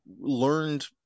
learned